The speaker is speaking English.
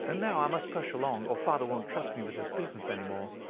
and now i must push along, or father won't trust me with his business any more.